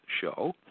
Show